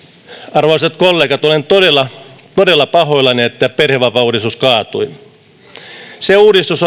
arvoisat kollegat olen todella todella pahoillani että perhevapaauudistus kaatui se uudistus